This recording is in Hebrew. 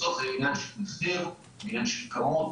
בסוף זה עניין של מחיר ושל קרנות.